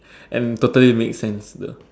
and totally makes sense